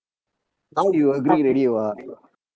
now you agree already what